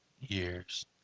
years